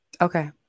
Okay